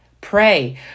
pray